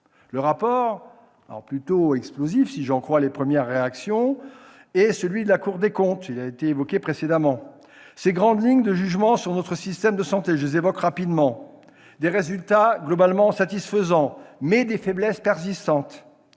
Le rapport, plutôt explosif, si j'en crois les premières réactions, est celui de la Cour des comptes- il a été évoqué précédemment. Je cite rapidement les grandes lignes du jugement porté sur notre système de santé : des résultats globalement satisfaisants, mais des faiblesses persistantes,